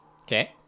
Okay